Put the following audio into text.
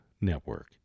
network